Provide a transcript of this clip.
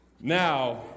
now